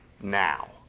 now